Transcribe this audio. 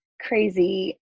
crazy